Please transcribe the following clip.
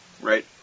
Right